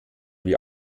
wie